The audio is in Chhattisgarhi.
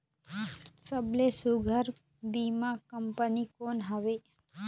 सबले सुघ्घर बीमा कंपनी कोन हवे?